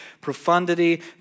profundity